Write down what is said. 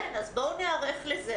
כן, אז בואו ניערך לזה.